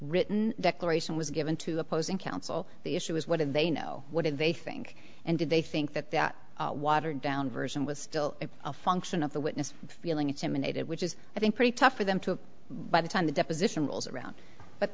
written declaration was given to opposing counsel the issue was what did they know what did they think and did they think that that watered down version was still a function of the witness feeling intimidated which is i think pretty tough for them to by the time the deposition rolls around but